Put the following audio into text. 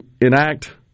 enact